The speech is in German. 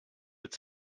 mit